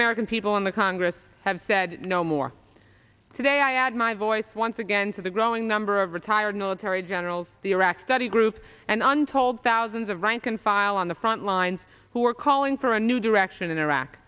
american people in the congress have said no more today i add my voice once again to the growing number of retired military generals the iraq study group and untold thousands of rank and file on the front lines who are calling for a new direction in iraq